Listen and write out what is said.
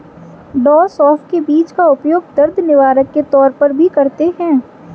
डॉ सौफ के बीज का उपयोग दर्द निवारक के तौर पर भी करते हैं